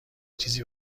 چیزی